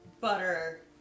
butter